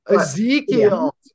Ezekiel